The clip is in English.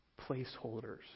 placeholders